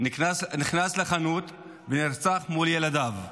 נכנס לחנות ונרצח מול ילדיו.